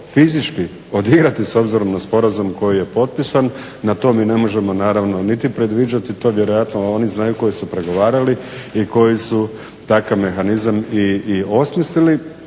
fizički odigrati s obzirom na sporazum na sporazum koji je potpisan na to mi ne možemo naravno niti predviđati oni to vjerojatno znaju koji su pregovarali i koji su takav mehanizam i osmislili